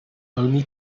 only